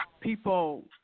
people